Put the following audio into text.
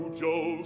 joe